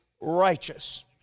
righteous